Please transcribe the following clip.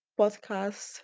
podcast